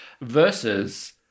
versus